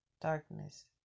Darkness